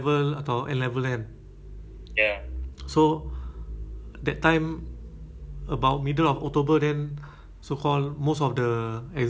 last week I just start um this new student ah budak melayu ah budak apa N level ah N level dekat bukit batok